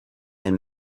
and